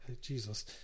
Jesus